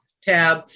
tab